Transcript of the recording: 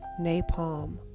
napalm